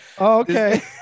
okay